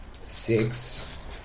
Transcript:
six